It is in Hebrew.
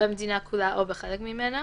במדינה כולה או בחלק ממנה